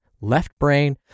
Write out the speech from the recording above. left-brain